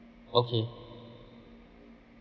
okay